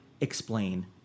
explain